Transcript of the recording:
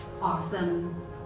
awesome